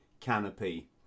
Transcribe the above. canopy